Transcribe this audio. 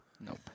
Nope